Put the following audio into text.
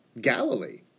Galilee